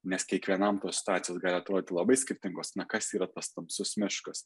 nes kiekvienam tos situacijos gali atrodyt labai skirtingos na kas yra tas tamsus miškas